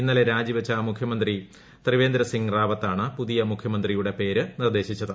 ഇന്നലെ രാജിപ്പിച്ചു മുഖ്യമന്ത്രി ത്രിവേന്ദ്ര സിംഗ് റാവത്താണ് പുതിയ മുഖ്യമ്ന്ത്രിയുടെ പേര് നിർദ്ദേശിച്ചത്